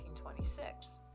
1926